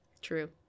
True